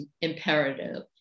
imperative